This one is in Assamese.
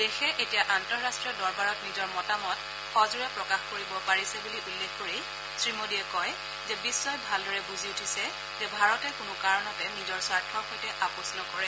দেশে এতিয়া আন্তঃৰট্টীয় দৰবাৰত নিজৰ মতামত সোজোৰে প্ৰকাশ কৰিব পাৰিছে বুলি উল্লেখ কৰি শ্ৰীমোডীয়ে কয় যে বিশ্বই ভালদৰে বুজি উঠিছে যে ভাৰতে কোনো কাৰণতে নিজৰ স্বাৰ্থৰ সৈতে আপোচ নকৰে